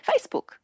Facebook